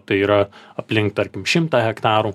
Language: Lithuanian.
tai yra aplink tarkim šimtą hektarų